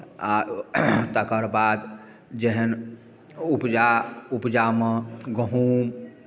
आ तकर बाद जेहन उपजा उपजामे गहूँम